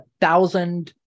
thousand